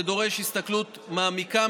זה דורש הסתכלות מעמיקה,